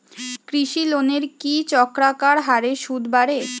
কৃষি লোনের কি চক্রাকার হারে সুদ বাড়ে?